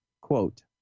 Quote